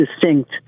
distinct